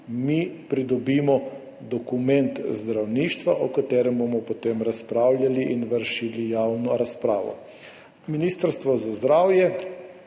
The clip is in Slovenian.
mi pridobimo dokument zdravništva, o katerem bomo potem razpravljali in vršili javno razpravo. Ministrstvo za zdravje